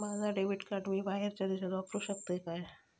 माझा debit card मी बाहेरच्या देशात वापरू शकतय काय?